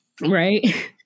right